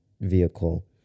vehicle